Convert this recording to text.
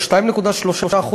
ה-2.3%: